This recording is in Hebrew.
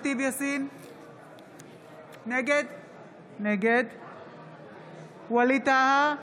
נגד ווליד טאהא,